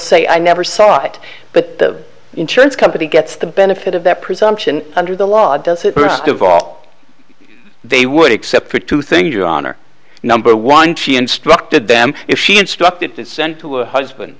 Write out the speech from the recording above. say i never saw it but the insurance company gets the benefit of that presumption under the law does it first of all they would except for two things your honor number one she instructed them if she instructed to send to her husband